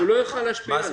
הוא לא יכול להשפיע עליהם.